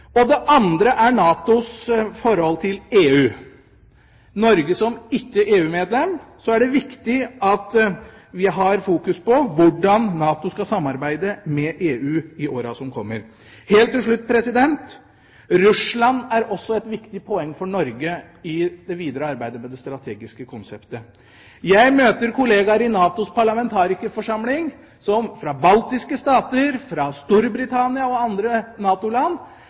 Det andre er NATOs forhold til EU. For Norge som ikke EU-medlem er det viktig at vi har fokus på hvordan NATO skal samarbeide med EU i åra som kommer. Helt til slutt: Russland er også et viktig poeng for Norge i det videre arbeidet med det strategiske konseptet. Jeg møter kollegaer i NATOs parlamentarikerforsamling fra de baltiske stater, fra Storbritannia og andre